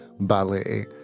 ballet